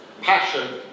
passion